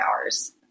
hours